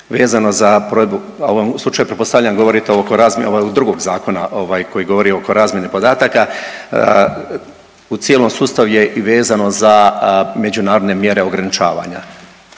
vezano za provedbu, u ovom slučaju pretpostavljam govorite oko .../nerazumljivo/... drugog zakona ovaj koji govori oko razmjene podataka, u cijelom sustavu je i vezano za međunarodne mjere ograničavanja.